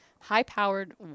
high-powered